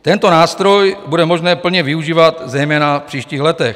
Tento nástroj bude možné plně využívat zejména v příštích letech.